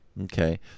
Okay